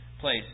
place